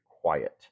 quiet